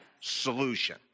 solution